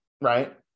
right